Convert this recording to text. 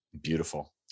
Beautiful